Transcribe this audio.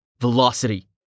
Velocity